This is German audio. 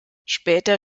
später